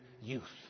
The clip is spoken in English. youth